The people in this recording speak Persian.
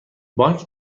بانک